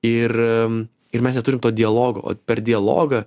ir ir mes neturim to dialogo o per dialogą